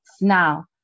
now